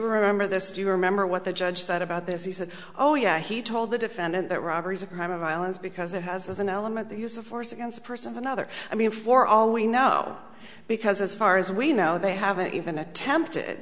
remember this do you remember what the judge said about this he said oh yeah he told the defendant that robberies a crime of violence because it has an element the use of force against a person of another i mean for all we know because as far as we know they haven't even attempted